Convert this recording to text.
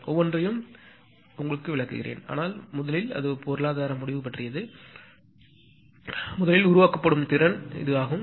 ஒவ்வொன்றையும் நான் பின்னர் விளக்குகிறேன் ஆனால் முதலில் அது பொருளாதார முடிவு முதலில் அது உருவாக்கப்படும் திறன் ஆகும்